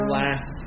last